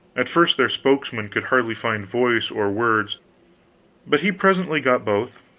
at first their spokesman could hardly find voice or words but he presently got both.